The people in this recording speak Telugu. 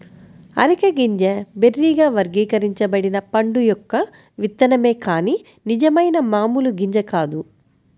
అరెక గింజ బెర్రీగా వర్గీకరించబడిన పండు యొక్క విత్తనమే కాని నిజమైన మామూలు గింజ కాదు